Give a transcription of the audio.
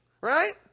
Right